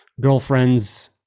girlfriends